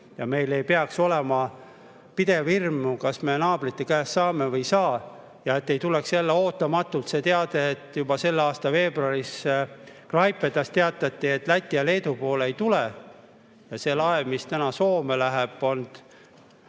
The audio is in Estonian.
Meil ei peaks olema pidev hirm, kas me naabrite käest saame või ei saa, ja et ei tuleks jälle ootamatult teade, nagu juba selle aasta veebruaris Klaipedas teatati, et Läti ja Leedu poole ei tule. See laev, mis praegu Soome läheb,